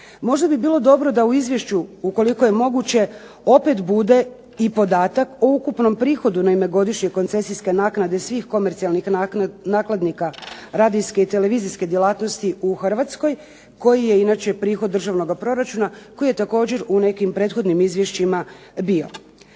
Možda bi bilo dobro da u izvješću ukoliko je moguće opet bude i podatak o ukupnom prihodu na ime godišnje koncesijske naknade svih komercijalnih nakladnika radijske i televizijske djelatnosti u Hrvatskoj koji je inače prihod državnoga proračuna koji je također u nekim prethodnim izvješćima bio.